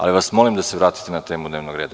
Ali vas molim da se vratite na temu dnevnog reda.